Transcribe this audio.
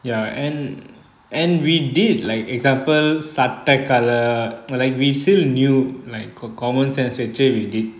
ya and and we did like example சட்ட கார:satta kaara colour like we still knew like co~ common sense வெச்சி:vechi we did